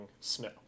snow